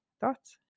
thoughts